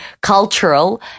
cultural